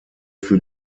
für